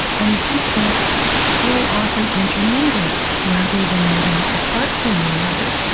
and the two plants so often intermingle rather than living apart from one another,